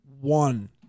one